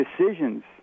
decisions